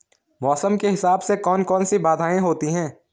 मौसम के हिसाब से कौन कौन सी बाधाएं होती हैं?